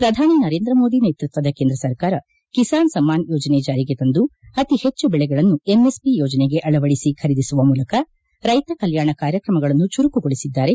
ಪ್ರಧಾನಿ ನರೇಂದ್ರ ಮೋದಿ ನೇತೃತ್ವದ ಕೇಂದ್ರ ಸರ್ಕಾರ ರೈತರ ಕಲ್ಕಾಣಕ್ಕಾಗಿ ಕಿಸಾನ್ ಸಮ್ಲಾನ್ ಯೋಜನೆ ಚಾರಿಗೆ ತಂದು ಅತಿ ಹೆಚ್ಚು ಬೆಳೆಗಳನ್ನು ಎಂಎಸ್ ಒ ಯೋಜನೆಗೆ ಅಳವಡಿಸಿ ಖರೀದಿಸುವ ಮೂಲಕ ರೈತ ಕಲ್ಕಾಣ ಕಾರ್ಯಕ್ರಮಗಳನ್ನು ಚುರುಕುಗೊಳಿಸಿದೆ